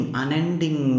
unending